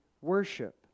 worship